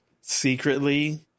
secretly